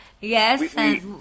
Yes